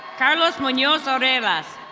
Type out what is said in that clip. carlos monyos arayvas.